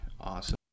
awesome